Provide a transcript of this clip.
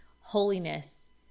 holiness